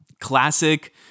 Classic